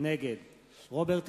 נגד רוברט אילטוב,